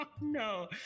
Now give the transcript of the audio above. No